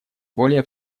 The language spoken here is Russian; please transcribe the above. более